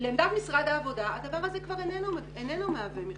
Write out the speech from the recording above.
לדעת משרד העבודה העניין הזה כבר איננו מהווה מכשול.